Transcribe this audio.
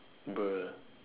bruh